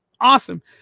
awesome